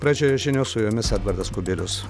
pradžioje žinios su jomis edvardas kubilius